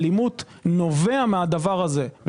אלימות נובע מהדבר הזה.